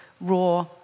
raw